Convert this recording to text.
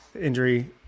Injury